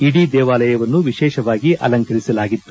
ಇಡೀ ದೇವಾಲಯವನ್ನು ವಿಶೇಷವಾಗಿ ಅಲಂಕರಿಸಲಾಗಿತ್ತು